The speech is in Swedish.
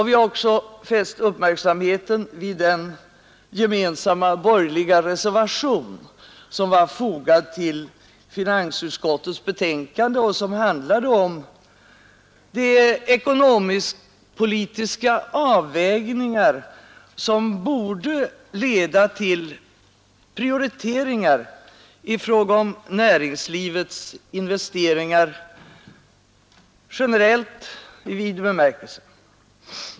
Vi har också fäst uppmärksamheten vid den gemensamma borgerliga reservation som var fogad vid finansutskottets betänkande och som handlade om de ekonomiskt-politiska avvägningar som borde leda till prioriteringar i fråga om näringslivets investeringar generellt.